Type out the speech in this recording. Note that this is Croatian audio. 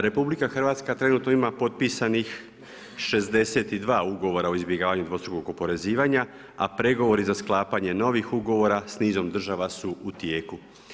RH trenutno ima potpisanih 62 ugovora o izbjegavanju dvostrukog oporezivanja a pregovori za sklapanje novih ugovora sa nizom država su u tijeku.